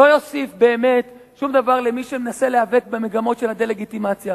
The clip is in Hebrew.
לא יוסיף באמת שום דבר למי שמנסה להיאבק במגמות של הדה-לגיטימציה,